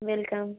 मिलता हूँ